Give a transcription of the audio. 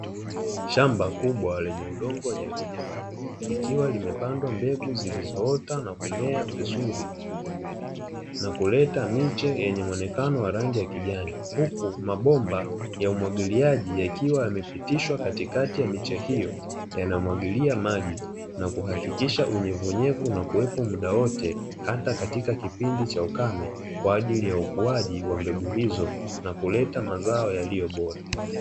Shamba kubwa lenye udongo wenye rutuba likiwa limepandwa mbegu zilizoota na kumea vizuri, na kuleta miche yenye mwonekano wa rangi ya kijani huku mabomba ya umwagiliaji yakiwa yamepitishwa katikati ya miche hiyo, yanamwagilia maji na kuhakikisha ujivunyevu na kuwepo muda wote hata katika kipindi cha ukame kwa ajili ya ukuaji wa mbegu hizo na kuleta mazao yaliyobora.